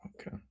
okay